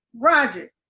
Roger